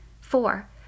Four